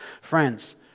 Friends